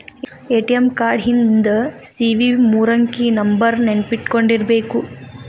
ATM card ಹಿಂದ್ CVV ಮೂರಂಕಿ ನಂಬರ್ನ ನೆನ್ಪಿಟ್ಕೊಂಡಿರ್ಬೇಕು